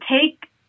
take